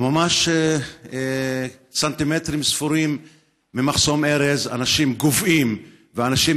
וממש סנטימטרים ספורים ממחסום ארז אנשים גוועים ואנשים